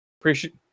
Appreciate